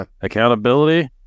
Accountability